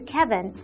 Kevin